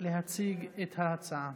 2121, 2123,